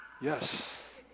Yes